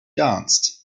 danced